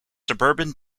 suburban